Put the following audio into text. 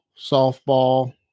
softball